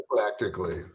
practically